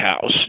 House